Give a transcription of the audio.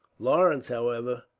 lawrence, however,